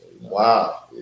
Wow